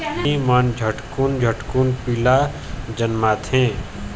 छेरी मन झटकुन झटकुन पीला जनमाथे